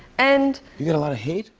and you get a lot of hate?